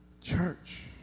church